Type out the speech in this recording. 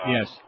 Yes